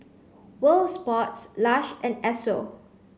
world of Sports Lush and Esso